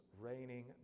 raining